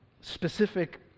specific